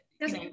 Yes